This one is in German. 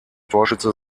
torschütze